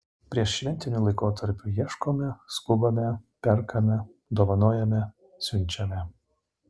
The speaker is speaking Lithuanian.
prieššventiniu laikotarpiu ieškome skubame perkame dovanojame siunčiame